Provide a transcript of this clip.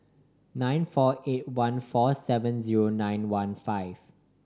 nine four eight one four seven zero nine one five